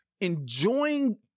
enjoying